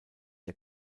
der